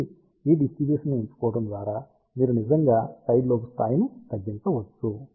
కాబట్టి ఈ డిస్ట్రిబ్యూషన్ ని ఎంచుకోవడం ద్వారా మీరు నిజంగా సైడ్లోబ్ స్థాయిని తగ్గించవచ్చు